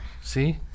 see